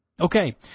Okay